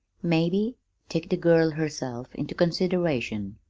maybe take the girl herself into consideration.